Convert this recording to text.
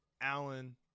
Allen